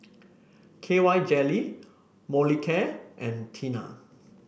K Y Jelly Molicare and Tena